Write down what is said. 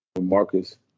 Marcus